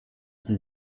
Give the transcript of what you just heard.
sie